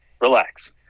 relax